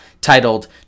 titled